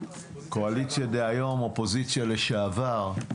קואליציה דהיום, אופוזיציה לשעבר,